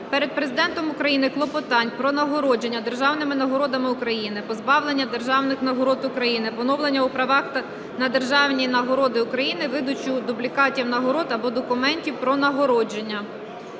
перед Президентом України клопотань про нагородження державними нагородами України, позбавлення державних нагород України, поновлення у правах на державні нагороди України, видачу дублікатів нагород або документів про нагородження.